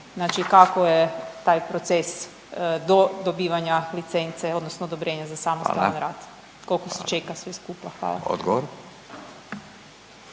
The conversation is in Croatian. kako je taj proces do…, dobivanja licence odnosno odobrenje za samostalan rad, kolko se čeka sve skupa? Hvala. **Radin,